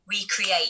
recreate